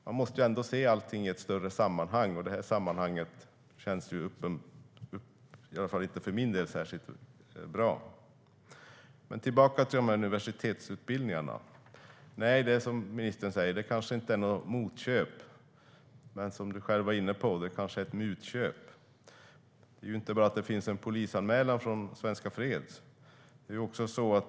Man måste ändå se allt i ett större sammanhang, och för min del känns det här sammanhanget inte särskilt bra. Låt oss gå tillbaka till detta med universitetsutbildningarna. Det är kanske som ministern säger att det inte är några motköp, men som han själv var inne på kanske det är ett mutköp. Det är inte bara så att det finns en polisanmälan från Svenska freds.